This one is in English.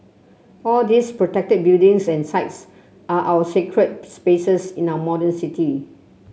all these protected buildings and sites are our sacred spaces in our modern city